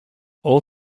all